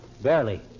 Barely